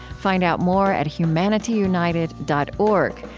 find out more at humanityunited dot org,